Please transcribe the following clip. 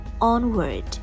onward